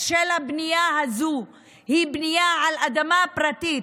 של הבנייה הזו היא בנייה על אדמה פרטית,